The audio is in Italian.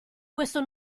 questo